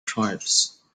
tribes